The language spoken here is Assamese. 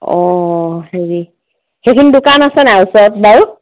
অঁ হেৰি সেইখিনি দোকান আছে নাই ওচৰত বাৰু